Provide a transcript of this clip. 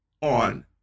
on